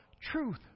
Truth